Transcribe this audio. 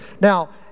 Now